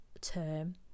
term